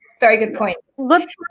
very good point. but,